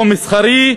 לא מסחרי,